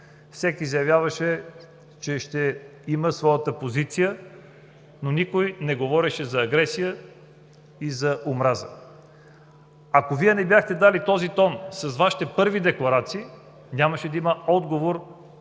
всеки заявяваше, че ще има своята позиция, но никой не говореше за агресия и за омраза. Ако Вие не бяхте дали този тон с първите си декларации, нямаше да има отговор